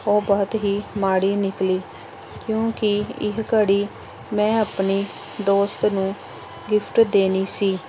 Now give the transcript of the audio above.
ਉਹ ਬਹੁਤ ਹੀ ਮਾੜੀ ਨਿਕਲੀ ਕਿਉਂਕਿ ਇਹ ਘੜੀ ਮੈਂ ਆਪਣੀ ਦੋਸਤ ਗਿਫ਼ਟ ਦੇਣੀ ਸੀ